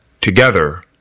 together